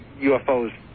UFOs